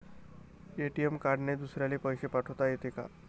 ATM कार्डने दुसऱ्याले पैसे पाठोता येते का?